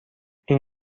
این